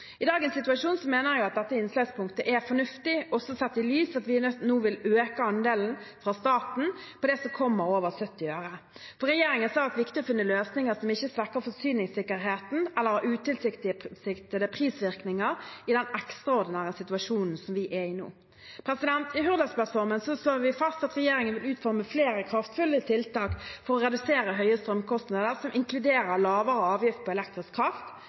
I dagens situasjon mener jeg at dette innslagspunktet er fornuftig, også sett i lys av at vi nå vil øke andelen fra staten på det som kommer over 70 øre. For regjeringen har det vært viktig å finne løsninger som ikke svekker forsyningssikkerheten eller har utilsiktede prisvirkninger i den ekstraordinære situasjonen som vi er i nå. I Hurdalsplattformen slår vi fast at regjeringen vil utforme flere kraftfulle tiltak for å redusere høye strømkostnader, som inkluderer lavere avgift på elektrisk kraft